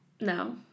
No